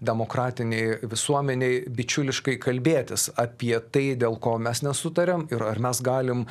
demokratinėj visuomenėj bičiuliškai kalbėtis apie tai dėl ko mes nesutariam ir ar mes galim